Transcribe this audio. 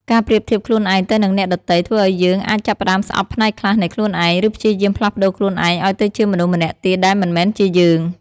ការប្រៀបធៀបខ្លួនឯងទៅនិងអ្នកដ៏ទៃធ្វើអោយយើងអាចចាប់ផ្ដើមស្អប់ផ្នែកខ្លះនៃខ្លួនឯង ឬព្យាយាមផ្លាស់ប្ដូរខ្លួនឯងឱ្យទៅជាមនុស្សម្នាក់ទៀតដែលមិនមែនជាយើង។